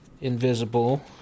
invisible